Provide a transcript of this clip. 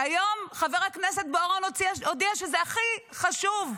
כי היום חבר הכנסת בוארון הודיע שזה הכי חשוב,